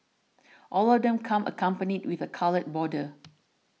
all of them come accompanied with a coloured border